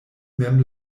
mem